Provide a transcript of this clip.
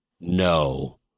no